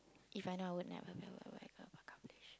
If I know I would never fail what would I go accomplish